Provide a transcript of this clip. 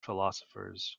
philosophers